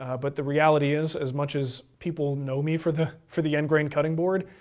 ah but the reality is, as much as people know me for the for the end grain cutting board,